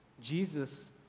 Jesus